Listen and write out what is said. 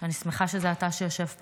שאני שמחה שזה אתה שיושב פה.